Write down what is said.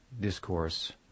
discourse